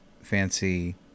fancy